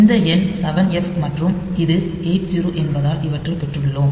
இந்த எண் 7எஃப் மற்றும் இது 80 என்பதால் இவற்றைப் பெற்றுள்ளோம்